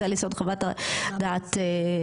זה על יסוד חוות הדעת רפואית.